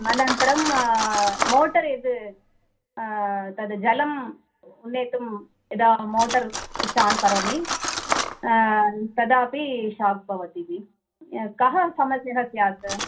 अनन्तरं मोटर् यद् तद् जलं नेतुं यदा मोटर् स्विच् ओन् करोमि तदा अपि शोक् भवति जि कः समस्या स्यात्